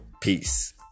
Peace